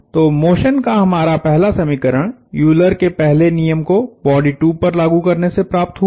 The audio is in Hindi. तो मोशन का हमारा पहला समीकरण यूलर के पहले नियम को बॉडी 2 पर लागू करने पर प्राप्त हुआ है